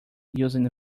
using